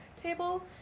table